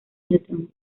newton